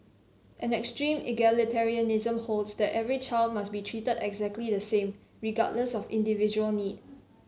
an extreme egalitarianism holds that every child must be treated exactly the same regardless of individual need